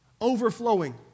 Overflowing